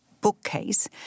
bookcase